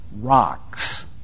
rocks